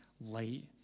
light